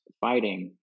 fighting